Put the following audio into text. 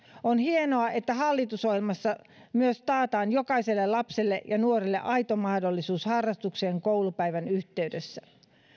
on hienoa että hallitusohjelmassa myös taataan jokaiselle lapselle ja nuorelle aito mahdollisuus harrastukseen koulupäivän yhteydessä